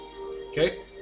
Okay